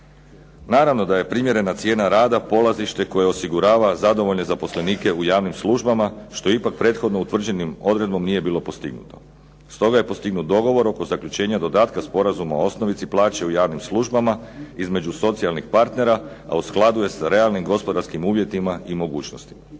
Naravno da je primjerena cijena rada polazište koje osigurava zadovoljne zaposlenike u javnim službama, što ipak prethodno utvrđenim odredbom nije bilo postignuto. Stoga je postignut dogovor oko zaključenja dodatka sporazuma o osnovici plaće u javnim službama između socijalnih partnera, a u skladu je sa realnim gospodarskim uvjetima i mogućnostima.